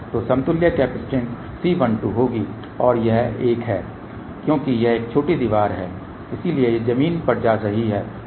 तो समतुल्य capacitance C12 होगी और यह एक है क्योंकि यह एक छोटी दीवार है इसलिए यह जमीन पर जा रही है